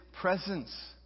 presence